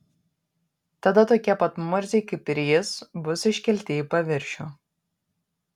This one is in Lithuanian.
tada tokie pat murziai kaip ir jis bus iškelti į paviršių